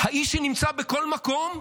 האיש שנמצא בכל מקום,